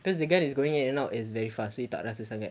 cause the gun is going in and out it's very fast so you tak rasa sangat